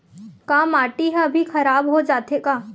का माटी ह भी खराब हो जाथे का?